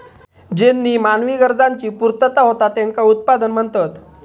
ज्येनीं मानवी गरजांची पूर्तता होता त्येंका उत्पादन म्हणतत